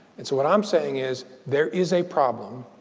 and so what i'm saying is, there is a problem.